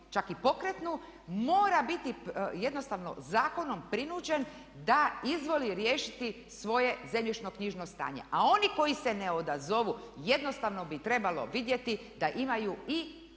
čak i pokretnu mora biti jednostavno zakonom prinuđen da izvoli riješiti svoje zemljišno knjižno stanje. A oni koji se ne odazovu jednostavno bi trebalo vidjeti da imaju i